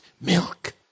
milk